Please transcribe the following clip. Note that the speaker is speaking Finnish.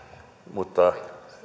mutta